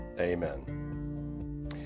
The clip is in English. Amen